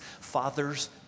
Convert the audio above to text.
Father's